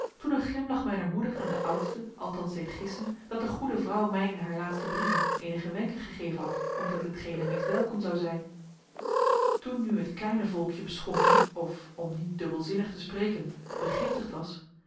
toen een glimlach mijner moeder aan de oudsten althans deed gissen dat de goede vrouw mij in haar laatste brieven eenige wenken gegeven had omtrent hetgene meest welkom zijn zou toen nu het kleine volkje beschonken of om niet dubbelzinnig te spreken begiftigd was kwam